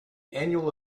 annual